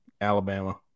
Alabama